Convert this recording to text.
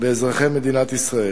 באזרחי מדינת ישראל.